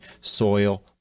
soil